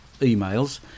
emails